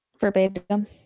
verbatim